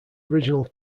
original